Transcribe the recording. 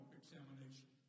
examination